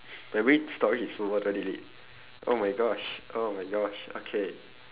my brain storage is full what do I delete oh my gosh oh my gosh okay